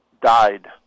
died